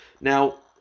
Now